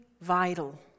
vital